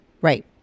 right